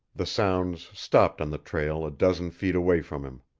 the sounds stopped on the trail a dozen feet away from him.